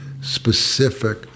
specific